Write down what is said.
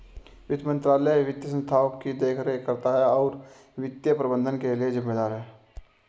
वित्त मंत्रालय वित्तीय संस्थानों की देखरेख करता है और वित्तीय प्रबंधन के लिए जिम्मेदार है